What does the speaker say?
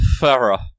Farah